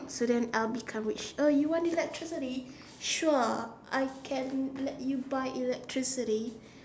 so then I'll become rich oh you want electricity sure I can let you buy electricity